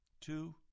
Two